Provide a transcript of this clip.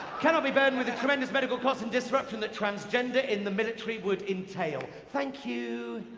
cannot be burdened with the tremendous medical costs and disruption that transgender in the military would entail. thank you.